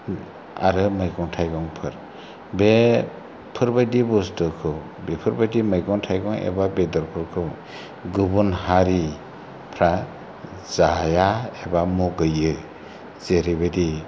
आरो मैगं थाइगंफोर बेफोरबायदि बस्थुखौ बेफोरबायदि मैगं थायगं एबा बेदरफोरखौ गुबुन हारिफ्रा जाया एबा मुगैयो जेरैबायदि